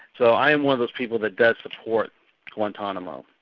so i'm one of those people that that support guantanomo.